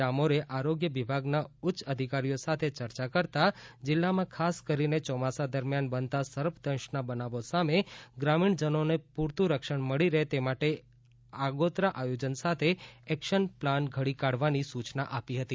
ડામોરે આરોગ્ય વિભાગના ઉચ્ચાધિકારીઓ સાથે ચર્ચા કરતાં જિલ્લામાં ખાસ કરીને ચોમાસા દરમિયાન બનતા સર્પદંશના બનાવો સામે ગ્રામીણ પ્રજાજનોને પૂરતું રક્ષણ મળી તે માટે આગોતરા આયોજન સાથે એક્શન પ્લાન ઘડી કાઢવાની સૂચના આપી હતી